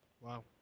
Wow